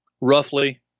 Roughly